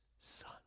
son